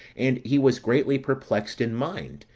and he was greatly perplexed in mind,